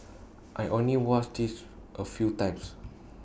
I only watched this A few times